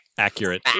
Accurate